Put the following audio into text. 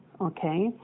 okay